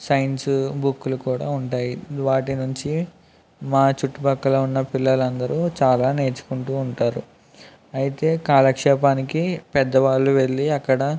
science బుక్కులు కూడా ఉంటాయి వాటి నుంచి మా చుట్టుపక్కల ఉన్న పిల్లలు అందరూ చాలా నేర్చుకుంటూ ఉంటారు అయితే కాలక్షేపానికి పెద్దవాళ్ళు వెళ్ళి అక్కడ